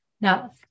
Now